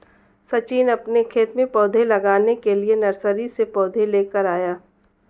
सचिन अपने खेत में पौधे लगाने के लिए नर्सरी से पौधे लेकर आया